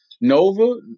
Nova